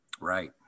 right